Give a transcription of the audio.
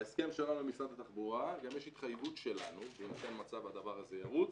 בהסכם שלנו עם משרד התחבורה גם יש התחייבות שלנו שהדבר הזה ירוץ,